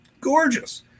gorgeous